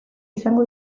izango